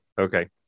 okay